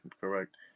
correct